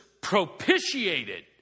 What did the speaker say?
propitiated